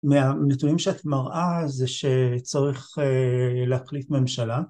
מהנתונים שאת מראה זה שצריך להחליף ממשלה